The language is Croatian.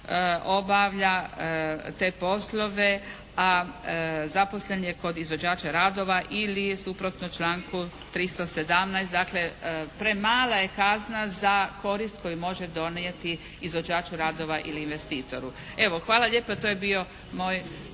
obavlja te poslove a zaposlen je kod izvođača radova ili je suprotno članku 317. Dakle premala je kazna za korist koju može donijeti izvođaču radova ili investitoru. Evo hvala lijepa. To je bio moj